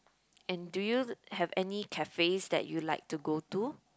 and do you have any cafes that you like to go to